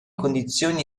condizioni